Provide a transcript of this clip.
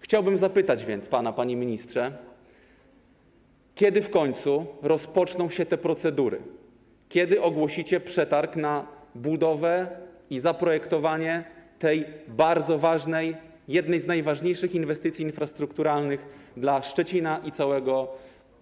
Chciałbym więc zapytać pana, panie ministrze, kiedy w końcu rozpoczną się te procedury, kiedy ogłosicie przetarg na budowę i zaprojektowanie tej bardzo ważnej, jednej z najważniejszych, inwestycji infrastrukturalnej dla Szczecina i całego